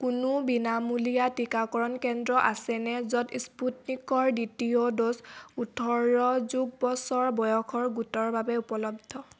কোনো বিনামূলীয়া টীকাকৰণ কেন্দ্ৰ আছেনে য'ত স্পুটনিকৰ দ্বিতীয় ড'জ ওঁঠৰ যোগ বছৰ বয়সৰ গোটৰ বাবে উপলব্ধ